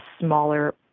smaller